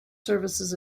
services